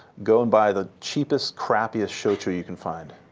go and buy the cheapest crappiest shochu you can find.